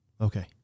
Okay